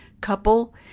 couple